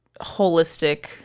holistic